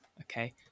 Okay